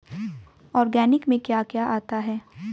Organic में क्या क्या आता है?